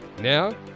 Now